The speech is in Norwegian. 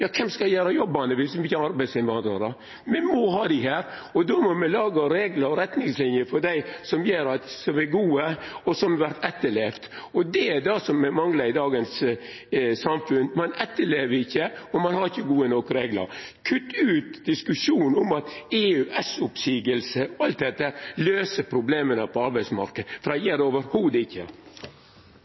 Kven skal gjera jobbane viss me ikkje har arbeidsinnvandrarar? Me må ha dei her, og då må me laga reglar og retningslinjer for dei som er gode, og som vert etterlevde. Det er det som manglar i dagens samfunn. Ein etterlever ikkje reglane, og ein har ikkje gode nok reglar. Kutt ut diskusjonen om at EØS-oppseiing og alt dette løyser problema på arbeidsmarknaden, for det gjer det slett ikkje.